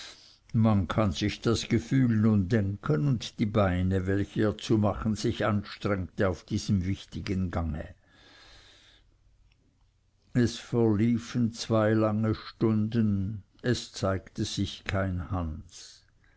man kann sich das gefühl nun denken und die beine welche er zu machen sich anstrengte auf diesem wichtigen gange es verliefen zwei lange stunden es zeigte sich kein hans